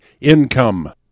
income